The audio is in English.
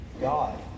God